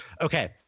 okay